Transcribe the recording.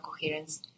coherence